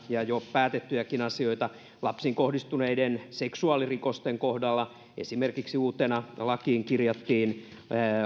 ja jo päätettykin asioita esimerkiksi lapsiin kohdistuneiden seksuaalirikosten kohdalla uutena lakiin kirjattiin